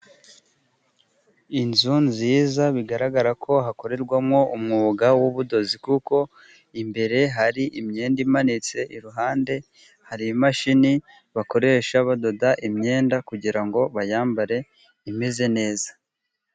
Inzu nziza bigaragara ko hakorerwamo umwuga w'ubudozi, kuko imbere hari imyenda imanitse, iruhande hari imashini bakoresha badoda imyenda, kugira ngo bayambare imeze neza.